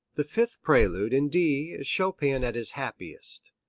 the fifth prelude in d is chopin at his happiest.